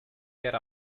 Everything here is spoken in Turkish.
yer